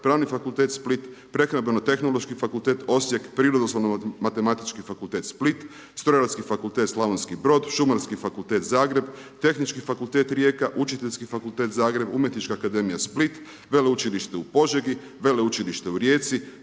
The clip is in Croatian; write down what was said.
Pravni fakultet Split, Prehrambeno-tehnološki fakultete Osijek, Prirodoslovno-matematički fakultet Split, Strojarski fakultete Slavonski Brod, Šumarski fakultete Zagreb, Tehnički fakultet Rijeka, Učiteljski fakultet Zagreb, Umjetnička akademija Split, Veleučilište u Požegi, Veleučilište u Rijeci,